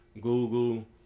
Google